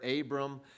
Abram